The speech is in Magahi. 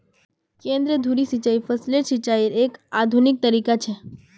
केंद्र धुरी सिंचाई फसलेर सिंचाईयेर एक आधुनिक तरीका छ